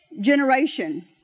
generation